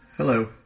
Hello